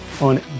on